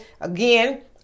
again